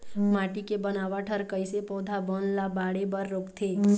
माटी के बनावट हर कइसे पौधा बन ला बाढ़े बर रोकथे?